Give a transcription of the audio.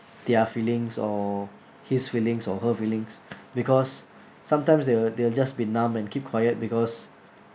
their feelings or his feelings or her feelings because sometimes they'll they will just be numb and keep quiet because